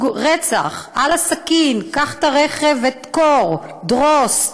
רצח, על הסכין, קח את הרכב ודקור, דרוס.